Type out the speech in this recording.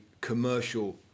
commercial